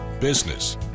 business